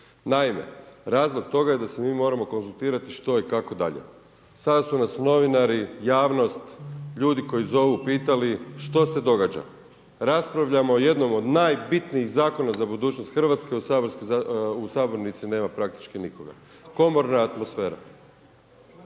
Naime, razlog toga je da se mi moramo konzultirati što i kako dalje. Sada su nas novinari, javnost, ljudi koji zovu pitali, što se događa. Raspravljamo o jednom od najbitnijih zakona za budućnost Hrvatske, u sabornici nema praktički nikoga, komorna atmosfera.